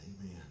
amen